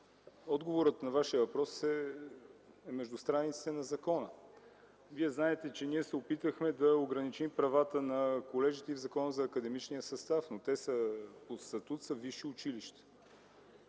отговорът на Вашия въпрос е между страниците на закона. Вие знаете, че ние се опитахме да ограничим правата на колежите и в Закона за академичния състав, но те по статут са висши училища.